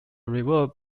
reward